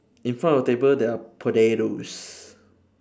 in front of the table there are potatoes